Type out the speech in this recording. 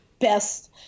best